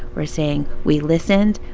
we're saying, we listened.